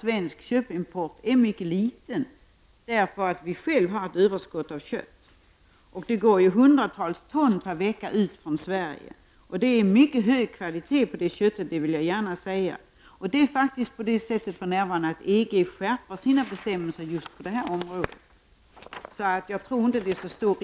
Svensk köttimport är mycket liten, eftersom vi själva har ett överskott av kött. Det går hundratals ton per vecka från Sverige. Det är mycket hög kvalitet på det köttet, det vill jag gärna säga. EG skärper för närvarande sina bestämmelser på detta område. Jag tror därför att det inte finns så stora